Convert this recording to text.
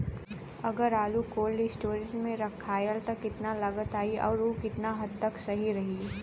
अगर आलू cold storage में रखायल त कितना लागत आई अउर कितना हद तक उ सही रही?